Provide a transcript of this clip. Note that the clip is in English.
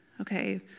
okay